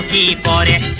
the but